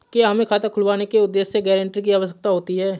क्या हमें खाता खुलवाने के उद्देश्य से गैरेंटर की आवश्यकता होती है?